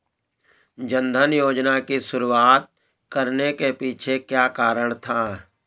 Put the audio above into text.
जन धन योजना की शुरुआत करने के पीछे क्या कारण था?